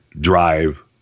drive